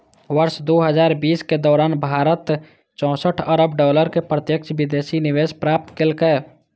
वर्ष दू हजार बीसक दौरान भारत चौंसठ अरब डॉलर के प्रत्यक्ष विदेशी निवेश प्राप्त केलकै